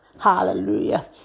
Hallelujah